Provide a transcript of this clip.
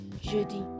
jeudi